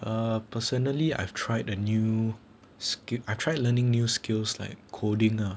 uh personally I've tried a new skill I tried learning new skills like coding ah